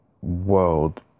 world